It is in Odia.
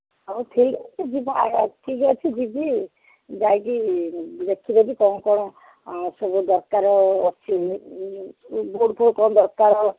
ହଉ ଠିକ୍ ଅଛି ଯିବା ଠିକ୍ ଅଛି ଯିବି ଯାଇକି ଦେଖିଦେବି କ'ଣ କ'ଣ ସବୁ ଦରକାର ଅଛି ବୋର୍ଡ଼୍ ଫୋଡ଼୍ କ'ଣ ଦରକାର